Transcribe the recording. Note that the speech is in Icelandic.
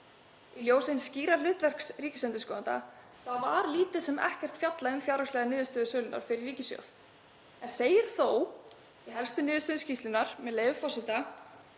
Í ljósi hins skýra hlutverks ríkisendurskoðanda var lítið sem ekkert fjallað um fjárhagslega niðurstöðu sölunnar fyrir ríkissjóð en þó segir í helstu niðurstöðum skýrslunnar, með leyfi forseta: